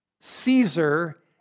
Caesar